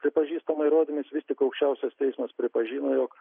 pripažįstama įrodymais vis tik aukščiausias teismas pripažino jog